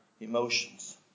emotions